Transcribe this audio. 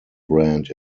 brand